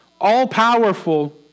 all-powerful